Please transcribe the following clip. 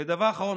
ודבר אחרון,